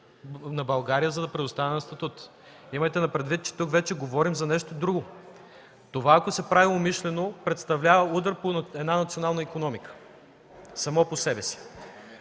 на България, за предоставяне на статут? Имайте предвид, че тук вече говорим за нещо друго. Ако това се прави умишлено, представлява удар по една национална икономика само по себе си.